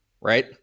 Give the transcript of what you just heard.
Right